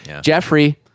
Jeffrey